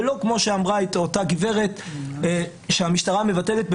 ולא כמו שאמרה אותה גברת שהמשטרה מבטלת.